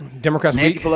Democrats